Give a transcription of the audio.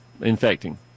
infecting